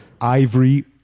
ivory